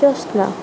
Krishna